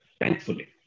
thankfully